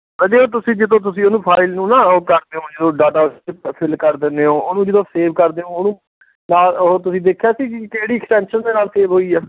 ਰਾਜੇ ਤੁਸੀਂ ਜਦੋਂ ਤੁਸੀਂ ਉਹਨੂੰ ਫਾਈਲ ਨੂੰ ਨਾ ਉਹ ਕਰਦੇ ਹੋ ਜਦੋਂ ਡਾਟਾ ਫਿਲ ਕਰ ਦਿੰਦੇ ਹੋ ਉਹਨੂੰ ਜਦੋਂ ਸੇਵ ਕਰਦੇ ਹੋ ਉਹਨੂੰ ਜਾਂ ਉਹ ਤੁਸੀਂ ਦੇਖਿਆ ਸੀ ਕਿਹੜੀ ਐਕਸਟੈਂਸ਼ਨ ਦੇ ਨਾਲ ਸੇਵ ਹੋਈ ਆ